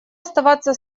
оставаться